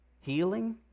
Healing